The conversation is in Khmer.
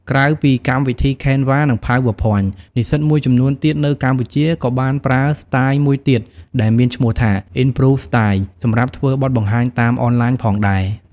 ក្រៅពីកម្មវិធី Canva និង PowerPoint និស្សិតមួយចំនួនទៀតនៅកម្ពុជា ក៏បានប្រើស្ទាយមួយទៀតដែលមានឈ្មោះថា improv-style សម្រាប់ធ្វើបទបង្ហាញតាមអនឡាញផងដែរ។